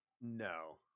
No